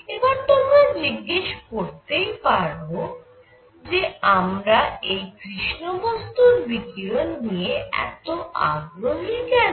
এবার তোমরা জিজ্ঞেস করতেই পারো যে আমরা এই কৃষ্ণ বস্তুর বিকিরণ নিয়ে এত আগ্রহী কেন